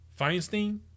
Feinstein